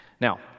now